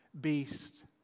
beast